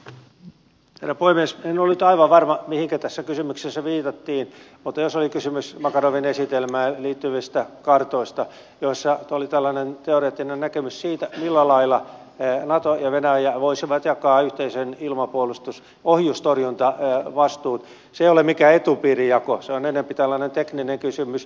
en ole nyt aivan varma mihinkä tässä kysymyksessä viitattiin mutta jos oli kysymys makarovin esitelmään liittyvistä kartoista joissa oli tällainen teoreettinen näkemys siitä millä lailla nato ja venäjä voisivat jakaa ohjustorjuntavastuun niin se ei ole mikään etupiirijako se on enempi tällainen tekninen kysymys